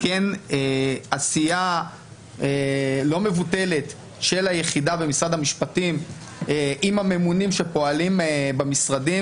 עשייה לא מבוטלת של היחידה במשרד המשפטים עם הממונים שפועלים במשרדים.